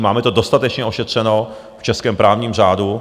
Máme to dostatečně ošetřeno v českém právním řádu.